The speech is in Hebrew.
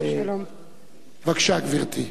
בבקשה, גברתי.